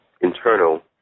internal